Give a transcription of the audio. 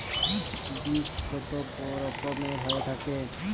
বীজ কত রকমের হয়ে থাকে?